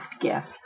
gift